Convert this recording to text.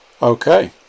okay